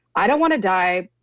i don't want to die.